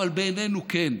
אבל בעינינו כן,